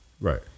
Right